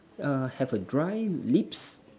err have a dry lips